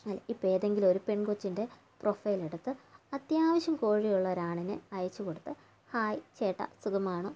ഇപ്പോൾ ഏതെങ്കിലും ഒരു പെൺ കൊച്ചിൻ്റെ പ്രൊഫൈൽ എടുത്ത് അത്യാവശ്യം കോഴിയുള്ള ഒരാണിന് അയച്ചു കൊടുത്ത് ഹായ് ചേട്ടാ സുഖമാണോ